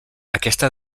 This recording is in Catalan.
aquesta